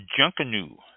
Junkanoo